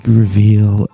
reveal